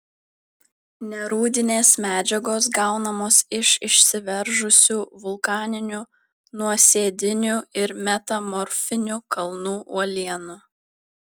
nerūdinės medžiagos gaunamos iš išsiveržusių vulkaninių nuosėdinių ir metamorfinių kalnų uolienų